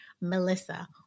Melissa